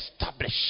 establish